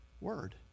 word